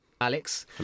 Alex